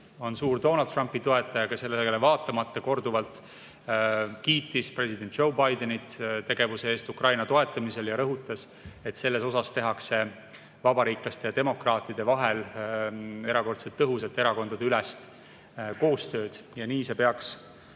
on suur Donald Trumpi toetaja, aga sellele vaatamata ta korduvalt kiitis president Joe Bidenit tegevuse eest Ukraina toetamisel ja rõhutas, et selles osas tehakse vabariiklaste ja demokraatide vahel erakordselt tõhusat erakondadeülest koostööd. Nii see peaks